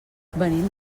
venim